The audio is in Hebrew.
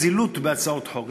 זילות בהצעות חוק.